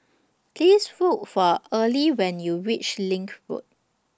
Please Look For Arley when YOU REACH LINK Road